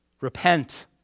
Repent